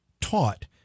taught